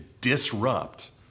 disrupt